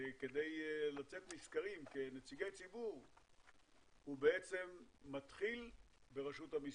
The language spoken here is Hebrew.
כדי לצאת נשכרים כנציגי ציבור הוא בעצם מתחיל ברשות המיסים.